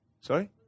Sorry